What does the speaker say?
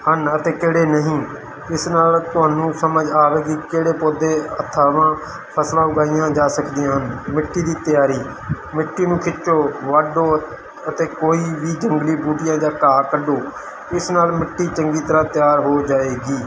ਹਨ ਅਤੇ ਕਿਹੜੇ ਨਹੀਂ ਇਸ ਨਾਲ ਤੁਹਾਨੂੰ ਸਮਝ ਆਵੇਗੀ ਕਿਹੜੇ ਪੌਦੇ ਥਾਵਾਂ ਫਸਲਾਂ ਉਗਾਈਆਂ ਜਾ ਸਕਦੀਆਂ ਹਨ ਮਿੱਟੀ ਦੀ ਤਿਆਰੀ ਮਿੱਟੀ ਨੂੰ ਖਿੱਚੋ ਵਾਢੋ ਅਤੇ ਕੋਈ ਵੀ ਜੰਗਲੀ ਬੂਟੀਆਂ ਜਾਂ ਘਾਹ ਕੱਢੋ ਇਸ ਨਾਲ ਮਿੱਟੀ ਚੰਗੀ ਤਰ੍ਹਾਂ ਤਿਆਰ ਹੋ ਜਾਏਗੀ